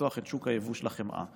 לפתוח את שוק היבוא של החמאה.